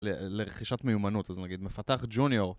לרכישת מיומנות, אז נגיד מפתח ג'וניור